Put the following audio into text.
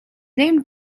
named